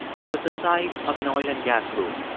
it was the site of an oil and gas boom.